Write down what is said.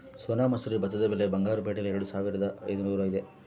ಸೋನಾ ಮಸೂರಿ ಭತ್ತದ ಬೆಲೆ ಬಂಗಾರು ಪೇಟೆಯಲ್ಲಿ ಎರೆದುಸಾವಿರದ ಐದುನೂರು ಇದೆ